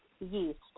yeast